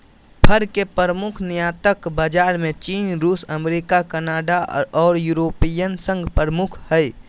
फर के प्रमुख निर्यातक बाजार में चीन, रूस, अमेरिका, कनाडा आर यूरोपियन संघ प्रमुख हई